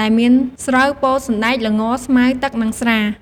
ដែលមានស្រូវ ពោត សណ្ដែក ល្ង ស្មៅ ទឹក និងស្រា។